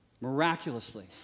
miraculously